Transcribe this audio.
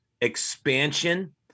expansion